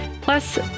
Plus